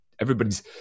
everybody's